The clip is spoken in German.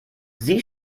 sie